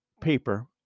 paper